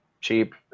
cheap